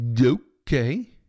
okay